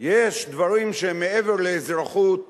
יש דברים שהם מעבר לאזרחות סבילה,